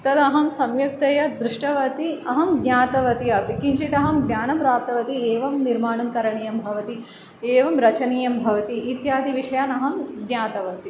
तदहं सम्यक्तया दृष्टवती अहं ज्ञातवती अपि किञ्चितहं ज्ञानं प्राप्तवती एवं निर्माणं करणीयं भवति एवं रचनीयं भवति इत्यादिविषयान् अहं ज्ञातवती